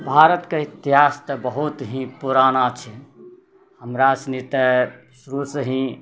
भारतके इतिहास तऽ बहुत ही पुराना छै हमरासनी तऽ शुरूसँ ही